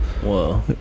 Whoa